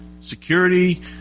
security